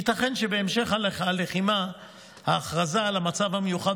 ייתכן שבהמשך הלחימה ההכרזה על המצב המיוחד